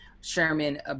sherman